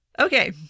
Okay